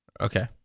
Okay